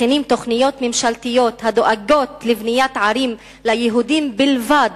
מכינים תוכניות ממשלתיות הדואגות לבניית ערים ליהודים בלבד,